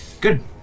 Good